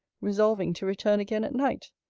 resolving to return again at night.